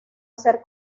ser